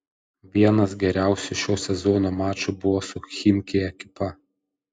vienas geriausių šio sezono mačų buvo su chimki ekipa